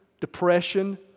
depression